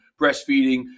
breastfeeding